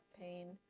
pain